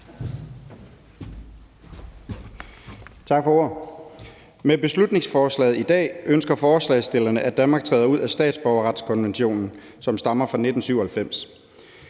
Tak for ordet. Med beslutningsforslaget i dag ønsker forslagsstillerne, at Danmark træder ud af statsborgerretskonventionen, som stammer fra 1997,